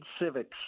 civics